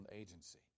agency